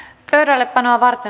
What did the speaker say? asia